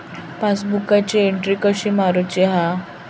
पासबुकाची एन्ट्री कशी मारुची हा?